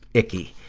icky.